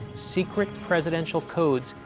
secret presidential codes,